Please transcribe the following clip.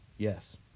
Yes